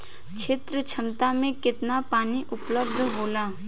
क्षेत्र क्षमता में केतना पानी उपलब्ध होला?